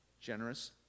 Generous